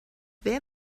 wer